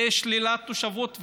זה שלילת תושבות.